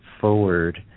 forward